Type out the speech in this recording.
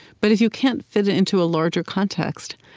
but if you can't fit it into a larger context,